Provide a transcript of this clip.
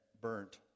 burnt